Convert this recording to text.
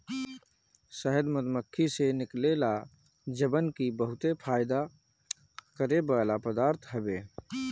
शहद मधुमक्खी से निकलेला जवन की बहुते फायदा करेवाला पदार्थ हवे